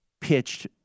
pitched